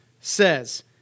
says